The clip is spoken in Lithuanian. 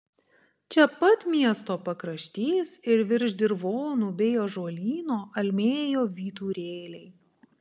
čia pat miesto pakraštys ir virš dirvonų bei ąžuolyno almėjo vyturėliai